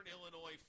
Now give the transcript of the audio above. Illinois